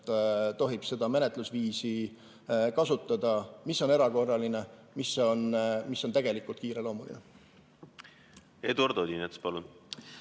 tohib seda menetlusviisi kasutada, mis on erakorraline, mis on tegelikult kiireloomuline. Eduard Odinets, palun!